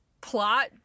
plot